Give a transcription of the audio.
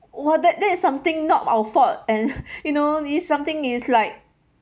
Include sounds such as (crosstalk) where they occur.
!wah! that that is something not our fault and (laughs) you know this something is like